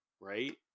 Right